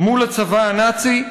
מול הצבא הנאצי.